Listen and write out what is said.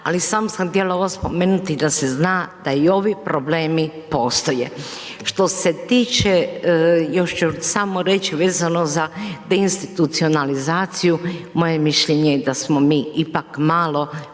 ali samo sam htjela ovo spomenuti, da se zna, da i ovi problemi postoje. Što se tiče još ću samo reći za deinstitucionalizaciju, moje mišljenje je da smo mi ipak malo